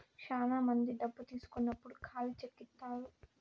శ్యానా మంది డబ్బు తీసుకున్నప్పుడు ఖాళీ చెక్ ఇత్తారు